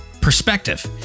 perspective